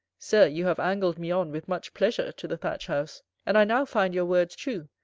sir, you have angled me on with much pleasure to the thatched house and i now find your words true,